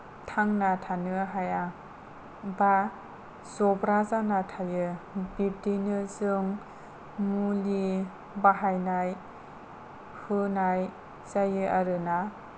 थांना थानो हाया एबा जब्रा जाना थायो बिब्दिनो जों मुलि बाहायनाय होनाय जायो आरोना